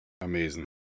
Amazing